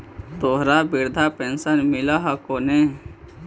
तोहरा वृद्धा पेंशन मिलहको ने?